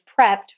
prepped